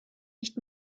nicht